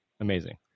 amazing